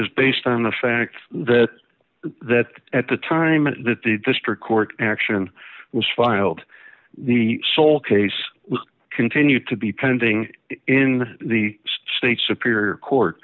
is based on the fact that that at the time that the district court action was filed the sole case was continued to be pending in the state superior court